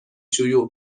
شیوع